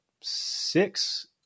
six